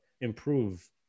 improve